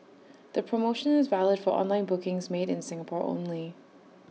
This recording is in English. the promotion is valid for online bookings made in Singapore only